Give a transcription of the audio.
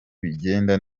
bigenda